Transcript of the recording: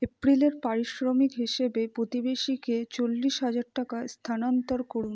এপ্রিলের পারিশ্রমিক হিসেবে প্রতিবেশীকে চল্লিশ হাজার টাকা স্থানান্তর করুন